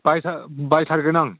बायथार बायथारगोन आं